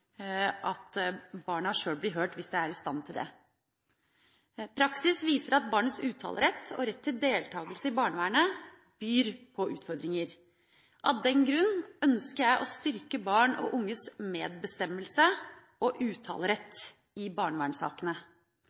at barna sjøl blir hørt hvis de er i stand til det. Praksis viser at barnets uttalerett og rett til deltakelse i barnevernet byr på utfordringer. Av den grunn ønsker jeg å styrke barn og unges medbestemmelse og uttalerett i barnevernssakene.